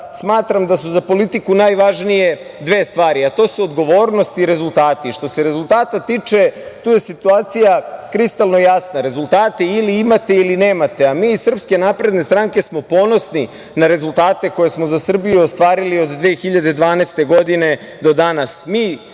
smatram da su za politiku najvažnije dve stvari, a to su odgovornost i rezultati. Što se rezultata tiče, tu je situacija kristalno jasna. Rezultate ili imate ili nemate. A mi iz SNS smo ponosni na rezultate koje smo za Srbiju ostvarili od 2012. godine do danas.